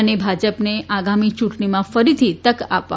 અને ભાજપને આગામી ચુંટણીમાં ફરીથી તક આપવા